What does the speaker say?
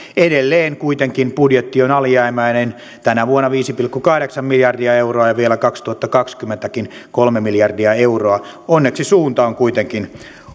edelleen kuitenkin budjetti on alijäämäinen tänä vuonna viisi pilkku kahdeksan miljardia euroa ja vielä kaksituhattakaksikymmentäkin kolme miljardia euroa onneksi suunta on kuitenkin